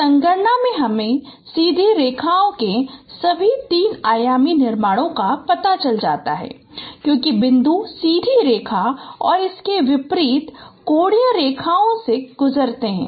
तो इस संगणना से हमें सीधी रेखाओं के सभी तीन आयामी निर्माणों का पता चल जाता है क्योंकि बिंदु सीधी रेखा और इसके विपरीत कोणीय रेखाओं से गुजरते हैं